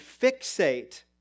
fixate